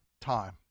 time